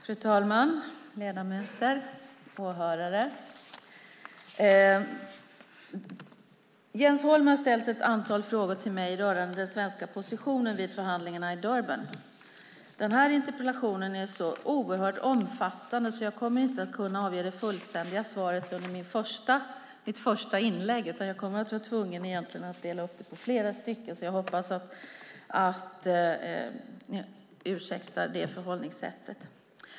Fru talman, ledamöter, åhörare! Jens Holm har ställt ett antal frågor till mig rörande den svenska positionen vid förhandlingarna i Durban. Interpellationen är så oerhört omfattande att jag inte kommer att kunna avge det fullständiga svaret i mitt första inlägg utan kommer att vara tvungen att dela upp det i flera inlägg. Jag hoppas att ni ursäktar det.